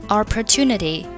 opportunity